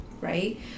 right